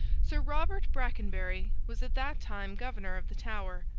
sir robert brackenbury was at that time governor of the tower.